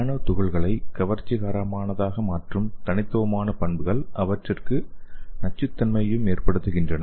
நானோ துகள்களை கவர்ச்சிகரமானதாக மாற்றும் தனித்துவமான பண்புகள் அவற்றிற்கு நச்சுத்தன்மையையும் ஏற்படுத்துகின்றன